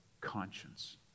conscience